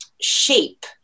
shape